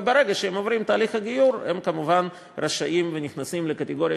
וברגע שהם עוברים את תהליך הגיור הם כמובן רשאים ונכנסים לקטגוריה